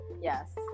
yes